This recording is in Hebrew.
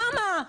למה?